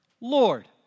Lord